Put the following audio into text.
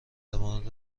مورد